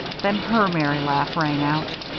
then her merry laugh rang out.